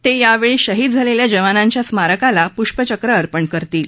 ते यावेळी शहीद झालेल्या जवानांच्या स्मारकाला पूष्पचक्र अर्पण करतील